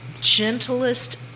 gentlest